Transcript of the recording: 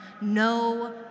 no